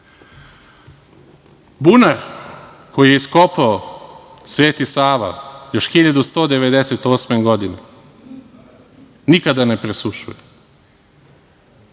Bunar koji je iskopao Sveti Sava još 1198. godine nikada ne presušuje.